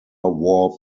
war